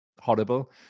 Horrible